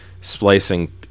splicing